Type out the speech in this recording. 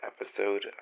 episode